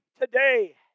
today